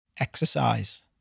Exercise